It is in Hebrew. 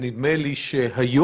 נדמה לי שהיום,